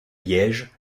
liège